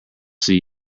see